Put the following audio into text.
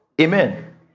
amen